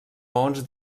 maons